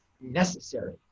necessary